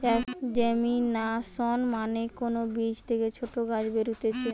germination মানে কোন বীজ থেকে ছোট গাছ বেরুতিছে